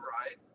right